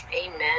Amen